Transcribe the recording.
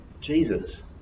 Jesus